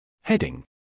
Heading